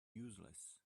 useless